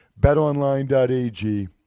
betonline.ag